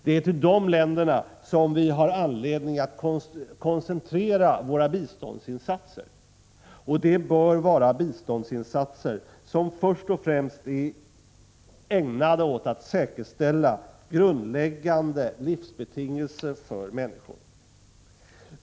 Det är till dessa länder som vi har anledning att koncentrera våra biståndsinsatser, och det bör vara biståndsinsatser som först och främst går ut på att säkerställa grundläggande livsbetingelser för människorna.